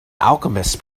alchemists